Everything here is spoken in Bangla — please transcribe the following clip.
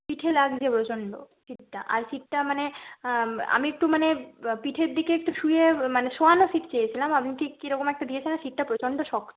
পিঠে লাগছে প্রচণ্ড সিটটা আর সিটটা মানে আমি একটু মানে পিঠের দিকে একটু শুইয়ে মানে শোয়ানো সিট চেয়েছিলাম আপনি ঠিক কী রকম একটা দিয়েছেন সিটটা প্রচণ্ড শক্ত